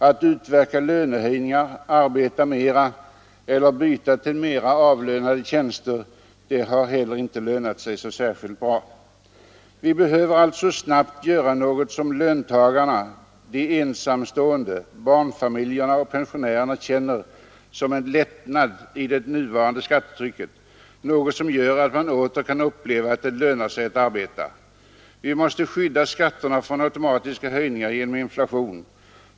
Att utverka lönehöjningar, arbeta mera eller byta till en mera välbetald tjänst lönar sig inte Vi behöver alltså snabbt göra något som löntag barnfamiljerna och pensionärerna känner som en lättnad i det nuvarande skattetrycket, något som gör att man åter kan uppleva att det lönar sig att arbeta. Vi måste skydda skatterna från automatiska höjningar genom inflation.